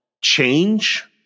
change